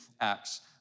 acts